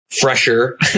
Fresher